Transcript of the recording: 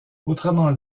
autrement